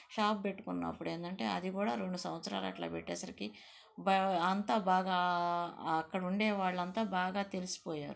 shop పెట్టుకున్నప్పుడు ఏంటంటే అది కూడ రెండు సంవత్సరాలు అట్లా పెట్టేసరికి అంతా బాగా అక్కడ ఉండే వాళ్ళంతా బాగా తెలిసిపోయారు